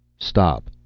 stop!